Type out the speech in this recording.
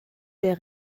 der